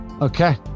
Okay